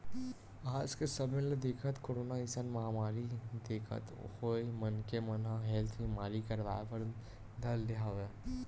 आज के समे ल देखत, कोरोना असन महामारी देखत होय मनखे मन ह हेल्थ बीमा करवाय बर धर ले हवय